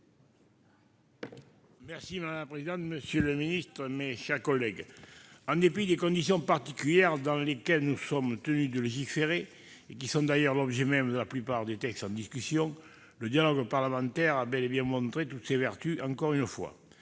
Requier. Madame la présidente, monsieur le ministre, mes chers collègues, en dépit des conditions particulières dans lesquelles nous sommes tenus de légiférer, et qui sont d'ailleurs l'objet même de la plupart des textes en discussion, le dialogue parlementaire a, une nouvelle fois, montré toutes ses vertus : c'est encore